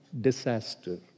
disaster